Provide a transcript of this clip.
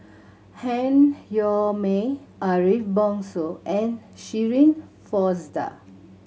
Han Yong May Ariff Bongso and Shirin Fozdar